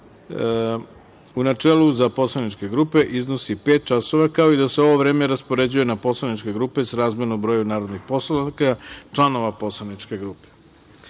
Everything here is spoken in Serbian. u načelu za poslaničke grupe iznosi pet časova, kao i da se ovo vreme raspoređuje na poslaničke grupe srazmerno broju narodnih poslanika, članova poslaničke